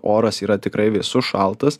oras yra tikrai vėsus šaltas